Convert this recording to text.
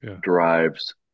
drives